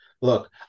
Look